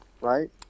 right